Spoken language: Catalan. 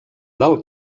del